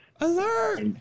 Alert